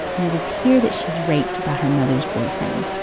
and it is here that she's raped by her mother's boyfriend.